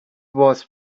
was